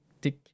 tick